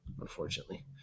unfortunately